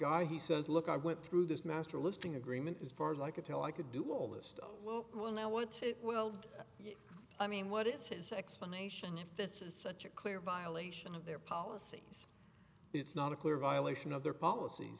guy he says look i went through this master listing agreement as far as i could tell i could do all this stuff oh well now i want to weld i mean what is his explanation if this is such a clear violation of their policy it's not a clear violation of their policies